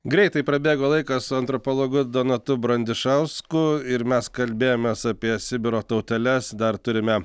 greitai prabėgo laikas su antropologu donatu brandišausku ir mes kalbėjomės apie sibiro tauteles dar turime